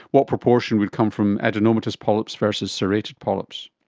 what proportion would come from adenomatous polyps versus serrated polyps?